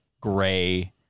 gray